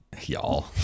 Y'all